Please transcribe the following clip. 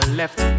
left